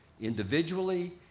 individually